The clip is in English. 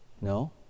No